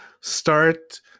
start